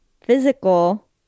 physical